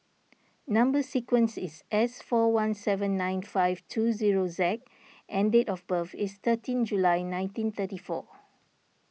Number Sequence is S four one seven nine five two zero Z and date of birth is thirteen July nineteen thirty four